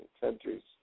countries